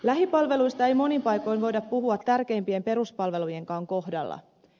lähipalveluista ei monin paikoin voida puhua tärkeimpien peruspalvelujenkaan kohdalla